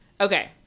Okay